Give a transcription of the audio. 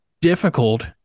difficult